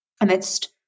amidst